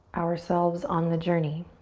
ourselves on the journey.